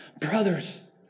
Brothers